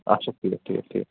اچھا ٹھیٖک ٹھیٖک ٹھیٖک